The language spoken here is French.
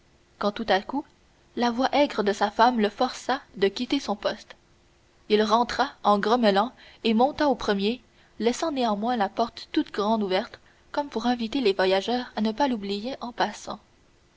quand tout à coup la voix aigre de sa femme le força de quitter son poste il rentra en grommelant et monta au premier laissant néanmoins la porte toute grande ouverte comme pour inviter les voyageurs à ne pas l'oublier en passant